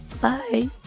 Bye